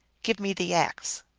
give me the axe!